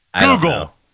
Google